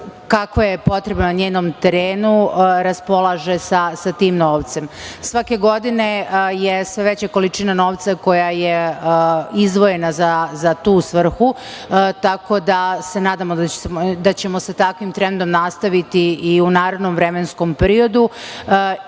kakva je potreba na njenom terenu raspolaže tim novcem. Svake godine je sve veća količina novca koja je izdvojena za tu svrhu, tako da se nadamo da ćemo sa takvim trendom nastaviti i u narednom vremenskom